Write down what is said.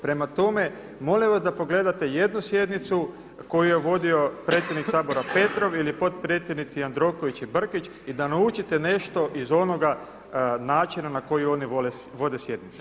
Prema tome, molim vas da pogledate jednu sjednicu koju je vodio predsjednik Sabora Petrov ili potpredsjednici Jandroković i Brkić i da naučite nešto iz onoga načina na koji oni vode sjednice.